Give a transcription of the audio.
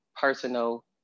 personal